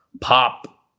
Pop